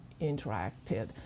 interacted